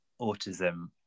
autism